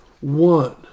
One